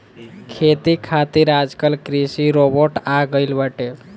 खेती खातिर आजकल कृषि रोबोट आ गइल बाटे